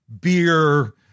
beer